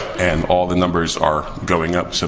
and all the numbers are going up. so,